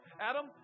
Adam